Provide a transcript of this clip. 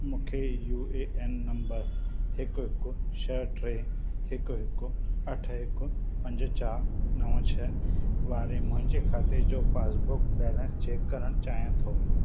मूंखे U A N नंबरु हिकु हिकु छह टे हिकु हिकु अठ हिकु पंज चारि नव छह वारे मुंहिंजे खाते जो पासबुक बैलेंसु चेक करणु चाहियां थो